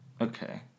Okay